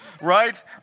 Right